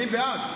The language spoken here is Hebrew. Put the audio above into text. אני בעד.